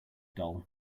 doll